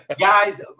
Guys